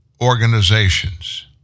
organizations